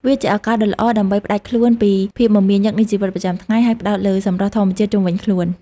វាជាឱកាសដ៏ល្អដើម្បីផ្តាច់ខ្លួនពីភាពមមាញឹកនៃជីវិតប្រចាំថ្ងៃ ហើយផ្តោតលើសម្រស់ធម្មជាតិជុំវិញខ្លួន។